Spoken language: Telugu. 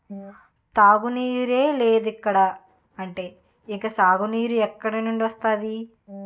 తాగునీరే లేదిక్కడ అంటే ఇంక సాగునీరు ఎక్కడినుండి వస్తది?